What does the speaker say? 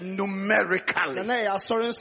numerically